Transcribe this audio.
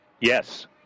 Yes